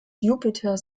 jupiter